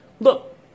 look